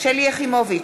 שלי יחימוביץ,